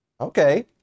okay